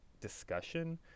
discussion